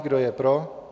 Kdo je pro?